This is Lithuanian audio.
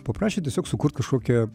paprašė tiesiog sukurt kažkokią